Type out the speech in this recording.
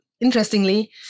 interestingly